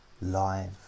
live